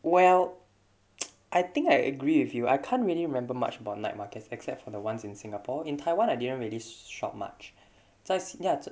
well I think I agree with you I can't really remember much about night markets except for the ones in singapore in taiwan I didn't really shop much 在新 ya